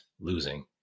losing